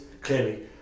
clearly